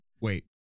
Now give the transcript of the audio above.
wait